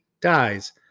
dies